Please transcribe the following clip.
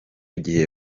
gihe